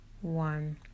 one